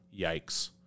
yikes